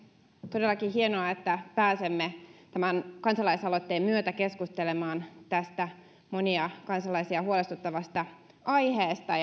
todellakin hienoa että pääsemme tämän kansalaisaloitteen myötä keskustelemaan tästä monia kansalaisia huolestuttavasta aiheesta